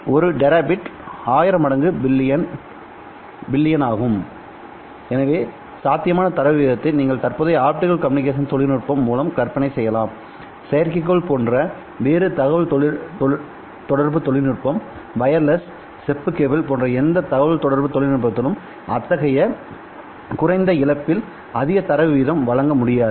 1 terabit 1000 மடங்கு billion ஆகும் எனவே சாத்தியமான தரவு வீதத்தை நீங்கள் தற்போதைய ஆப்டிகல் கம்யூனிகேஷன் தொழில்நுட்பம் மூலம் கற்பனை செய்யலாம் செயற்கைக்கோள் போன்ற வேறு தகவல் தொடர்பு தொழில்நுட்பம்வயர்லெஸ் செப்பு கேபிள் போன்ற எந்த தகவல்தொடர்பு தொழில்நுட்பத்திலும் அத்தகைய குறைந்த இழப்பில் அதிக தரவு வீதம் வழங்க முடியாது